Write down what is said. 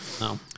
No